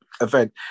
event